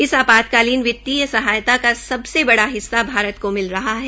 इस आपातकालीन वितीय सहायता का सबसे बड़ा हिस्सा भारत को मिला रहा है